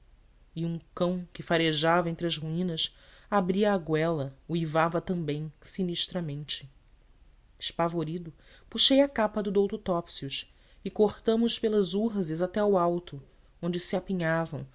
e um cão que farejava entre as ruínas abria a goela uivava também sinistramente espavorido puxei a capa do douto topsius e cortamos pelas urzes até ao alto onde se apinhavam